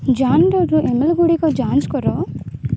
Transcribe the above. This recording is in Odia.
ଜାନେ ଡୋରୁ ଇ ମେଲ୍ ଗୁଡ଼ିକ ଯାଞ୍ଚ କର